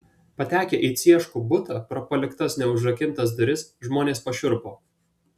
patekę į cieškų butą pro paliktas neužrakintas duris žmonės pašiurpo